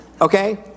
Okay